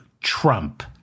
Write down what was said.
Trump